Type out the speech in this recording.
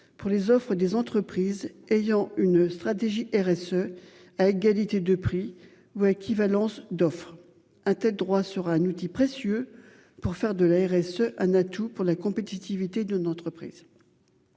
Pour les offres des entreprises ayant une stratégie RSE à égalité de prix ouais équivalence d'offre a-t-elle droit sur un outil précieux pour faire de la RSE, un atout pour la compétitivité de notre prise.